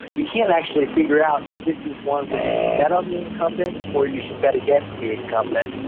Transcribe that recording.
you can't actually figure out if this is one where you should bet on the incumbents or you should bet against the incumbent.